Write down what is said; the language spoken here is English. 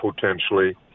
potentially